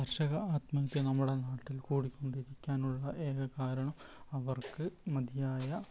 കർഷക ആത്മഹത്യ നമ്മുടെ നാട്ടിൽ കൂടിക്കൊണ്ടിരിക്കാനുള്ള ഏക കാരണം അവർക്ക് മതിയായ